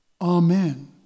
Amen